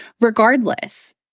Regardless